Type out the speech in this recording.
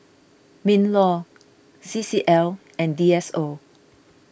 MinLaw C C L and D S O